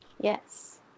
Yes